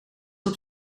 zij